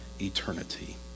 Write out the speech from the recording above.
eternity